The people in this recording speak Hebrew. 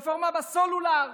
רפורמה בסלולר,